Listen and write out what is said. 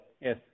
Yes